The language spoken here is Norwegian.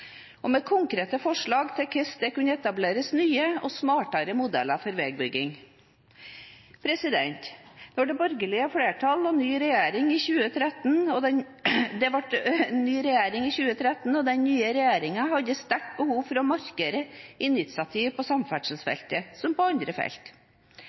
kunne etableres nye og smartere modeller for veibygging. Så ble det borgerlig flertall og ny regjering i 2013, og den nye regjeringen hadde sterkt behov for å markere initiativ på samferdselsfeltet – som på andre felt.